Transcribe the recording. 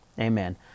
Amen